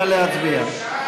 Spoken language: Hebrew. נא להצביע.